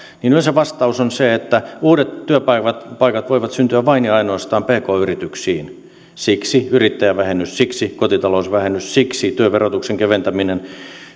niin yleensä vastaus on se että uudet työpaikat työpaikat voivat syntyä vain ja ainoastaan pk yrityksiin siksi yrittäjävähennys siksi kotitalousvähennys siksi työn verotuksen keventäminen